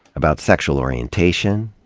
about sexual orientation,